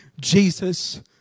Jesus